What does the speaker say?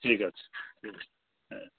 ঠিক আছে হুম হ্যাঁ